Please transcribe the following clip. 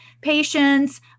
patients